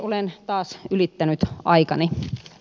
olen taas ylittänyt aikani